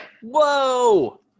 Whoa